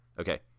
Okay